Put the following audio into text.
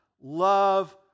Love